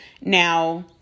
Now